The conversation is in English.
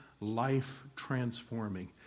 life-transforming